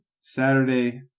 Saturday